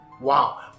wow